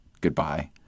goodbye